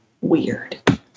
weird